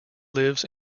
lives